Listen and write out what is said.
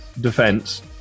defense